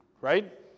right